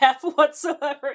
whatsoever